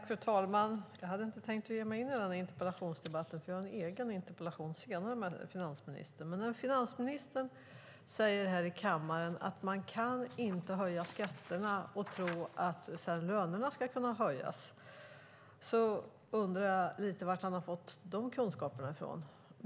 Fru talman! Jag hade inte tänkt ge mig in i den här interpellationsdebatten, för jag har en egen interpellationsdebatt senare med finansministern. Men när finansministern säger här i kammaren att man inte kan höja skatterna och sedan tro att lönerna ska kunna höjas undrar jag lite var han har fått de kunskaperna ifrån.